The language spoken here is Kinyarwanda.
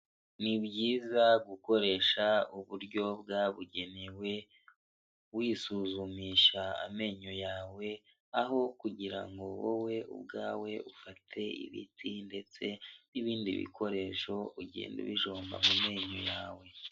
Ni byiza gukoresha uburyo bwabugenewe, wisuzumisha amenyo yawe, aho kugira ngo wowe ubwawe ufate ibiti ndetse n'ibindi bikoresho, ugende ubijomba mu menyo yawe.